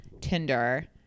Tinder